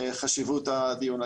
חשיבות הדיון.